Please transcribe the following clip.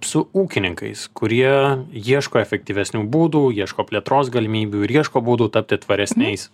su ūkininkais kurie ieško efektyvesnių būdų ieško plėtros galimybių ir ieško būdų tapti tvaresniais